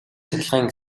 цахилгаан